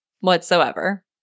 whatsoever